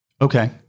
Okay